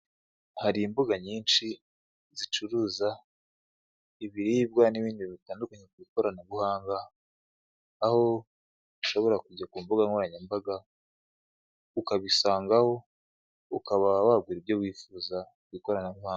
Hari imbuga nyinshi zicuruza ibiribwa n'ibindi bitandukanye ku ikoranabuhanga, aho ushobora kujya ku mbuga nkoranyambaga, ukabisangaho, ukaba wagura ibyo wifuza ku ikoranabuhanga.